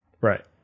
Right